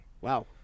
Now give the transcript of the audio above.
Wow